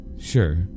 Sure